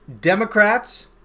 Democrats